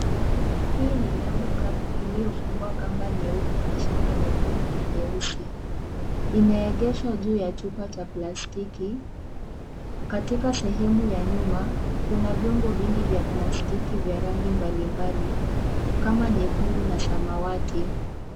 Hii ni labu kavu iliyofungwa kamba nyeupe na shanga nyekundu na nyeusi, imeegeshwa juu ya chupa cha plastiki, katika sehemu ya nyuma, kuna vyombo vingi vya plastiki vya rangi mbali mbali, kama nyekundu na samawati.